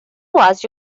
was